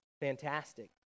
fantastic